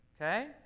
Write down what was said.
okay